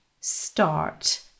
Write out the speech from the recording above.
start